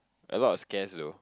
a lot of scared loh